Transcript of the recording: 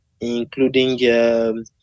including